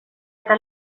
eta